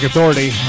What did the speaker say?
Authority